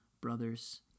brothers